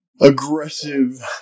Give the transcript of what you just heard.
aggressive